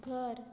घर